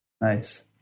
Nice